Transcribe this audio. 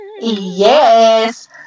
Yes